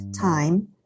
time